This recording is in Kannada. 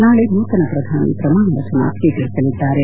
ನಾಳೆ ನೂತನ ಪ್ರಧಾನಿ ಪ್ರಮಾಣವಚನ ಸ್ವೀಕರಿಸಲಿದ್ದಾರೆ